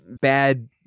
bad